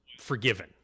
forgiven